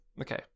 Okay